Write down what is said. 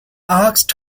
asked